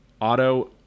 auto